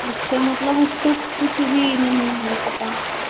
अच्छा मतलब उसको कुछ भी नहीं है पता